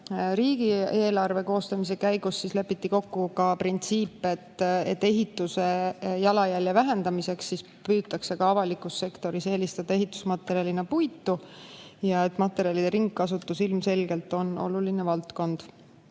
riigieelarve koostamise käigus lepiti kokku ka printsiip, et ehituse jalajälje vähendamiseks püütakse ka avalikus sektoris eelistada ehitusmaterjalina puitu. Materjalide ringkasutus on ilmselgelt oluline valdkond.